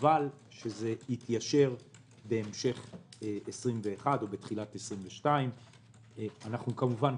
אבל שזה יתיישר בהמשך 21' או בתחילת 22'. כמובן,